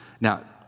Now